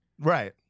right